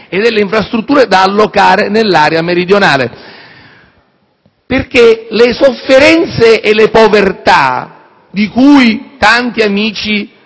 e delle infrastrutture da allocare nell'area meridionale. Le sofferenze e le povertà, di cui tanti amici